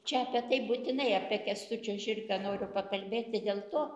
čia apie tai būtinai apie kęstučio žirgą noriu pakalbėti dėl to